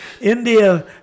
India